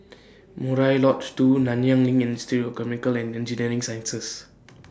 Murai Lodge two Nanyang LINK and Institute of Chemical and Engineering Sciences